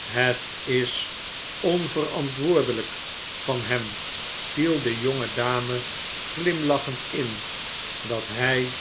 het is onverantwoordelijk van hem viel de jonge dame glimlachend in dat hij